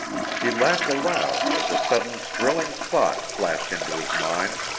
he laughed aloud as a sudden thrilling thought flashed into his mind.